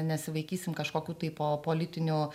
nesivaikysim kažkokių tai po politinių